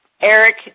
Eric